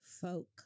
Folk